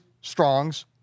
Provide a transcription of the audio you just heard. Strong's